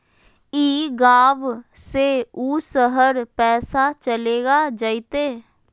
ई गांव से ऊ शहर पैसा चलेगा जयते?